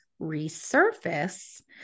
resurface